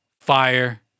Fire